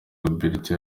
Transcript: beauty